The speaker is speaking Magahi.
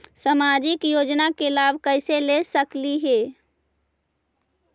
सामाजिक योजना के लाभ कैसे ले सकली हे?